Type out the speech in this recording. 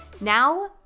Now